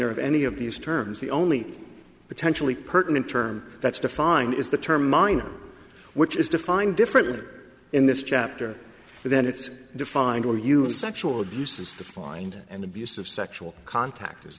of any of these terms the only potentially pertinent term that's defined is the term minor which is defined differently or in this chapter then it's defined where you have sexual abuses to find and abusive sexual contact is